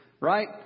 right